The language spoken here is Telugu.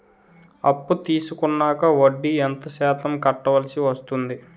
అప్పు తీసుకున్నాక వడ్డీ ఎంత శాతం కట్టవల్సి వస్తుంది?